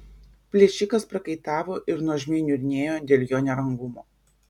plėšikas prakaitavo ir nuožmiai niurnėjo dėl jo nerangumo